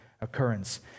occurrence